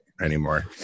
anymore